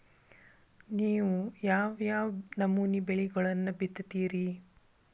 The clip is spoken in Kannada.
ನೇವು ಯಾವ್ ಯಾವ್ ನಮೂನಿ ಬೆಳಿಗೊಳನ್ನ ಬಿತ್ತತಿರಿ?